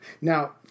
Now